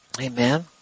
Amen